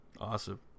Awesome